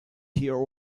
here